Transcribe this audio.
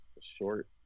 short